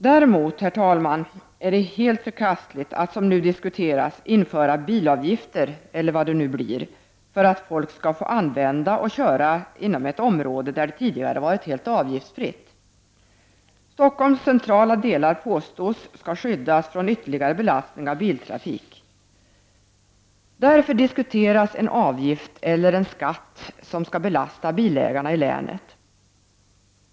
Däremot, herr talman, är det helt förkastligt att som nu diskuteras införa bilavgifter — eller vad det nu blir — för att folk skall få använda och köra inom ett område där det tidigare har varit helt avgiftsfritt. Det påstås att Stockholms centrala delar skall skyddas från ytterligare belastning av biltrafik, och därför diskuteras en avgift eller en skatt som skall belasta bilägarna i länet.